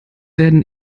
werden